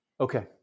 Okay